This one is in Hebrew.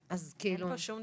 איך הוא יבחן?